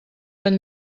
tan